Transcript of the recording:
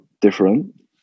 different